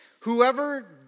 Whoever